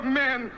men